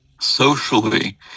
socially